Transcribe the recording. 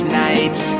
nights